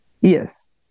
Yes